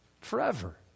Forever